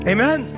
Amen